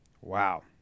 wow